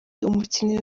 umukinnyi